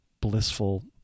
blissful